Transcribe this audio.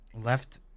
Left